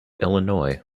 illinois